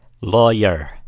Lawyer